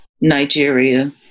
Nigeria